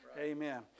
Amen